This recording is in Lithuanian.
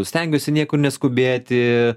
stengiuosi niekur neskubėti